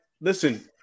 Listen